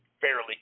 fairly